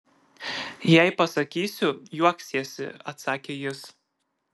jei pasakysiu juoksiesi atsakė jis